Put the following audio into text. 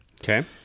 Okay